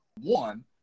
one